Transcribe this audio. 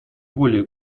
более